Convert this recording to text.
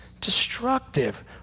destructive